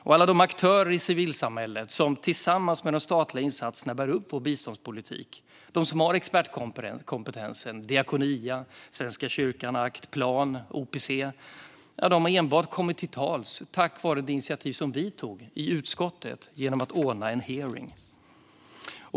Och alla de aktörer i civilsamhället som har expertkompetensen och som tillsammans med de statliga insatserna bär upp vår biståndspolitik - Diakonia, Svenska kyrkan, Act, Plan och OPC - har enbart kommit till tals tack vare ett initiativ som vi tog i utskottet genom att ordna en hearing.